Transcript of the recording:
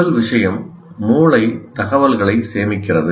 முதல் விஷயம் மூளை தகவல்களை சேமிக்கிறது